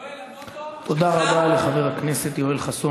יואל, המוטו שלך, תודה רבה לחבר הכנסת יואל חסון.